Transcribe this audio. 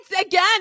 again